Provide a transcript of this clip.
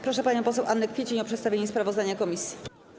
Proszę panią poseł Annę Kwiecień o przedstawienie sprawozdania komisji.